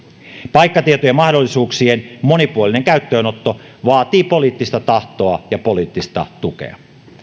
paikkatietojen mahdollisuuksien monipuolinen käyttöönotto vaatii poliittista tahtoa ja poliittista tukea